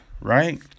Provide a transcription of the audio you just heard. right